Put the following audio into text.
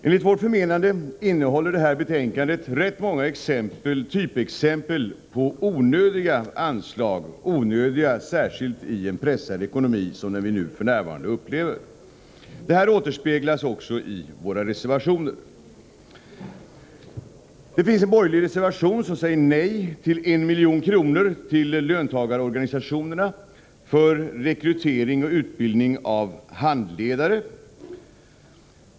Enligt vårt förmenande innehåller detta betänkande rätt många typexempel på onödiga anslag — onödiga särskilt i en pressad ekonomi som den vi för närvarande upplever. Detta återspeglas också i våra reservationer. Det finns en borgerlig reservation som säger nej till 1 milj.kr. till löntagarorganisationerna för rekrytering och utbildning av handledare.